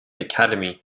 academy